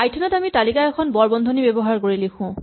Python ত আমি তালিকা এখন বৰ বন্ধনী ব্যৱহাৰ কৰি লিখো